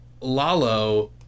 Lalo